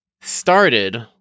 started